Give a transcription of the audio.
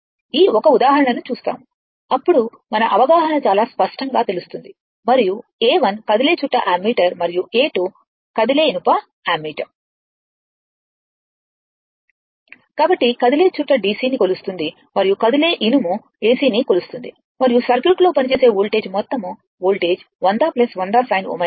ఈ ఒక ఉదాహరణను చూస్తాము అప్పుడు మన అవగాహన చాలా స్పష్టంగా తెలుస్తుంది మరియు A1 కదిలే చుట్ట ని కలిగిన అమ్మీటర్ మరియు A2 కదిలే ఇనుము ని కలిగిన అమ్మీటర్ కాబట్టి కదిలే చుట్ట DC ని కొలుస్తుంది మరియు కదిలే ఇనుము AC ని కొలుస్తుంది మరియు సర్క్యూట్లో పనిచేసే వోల్టేజ్ మొత్తం వోల్టేజ్ 100 100 sin ω t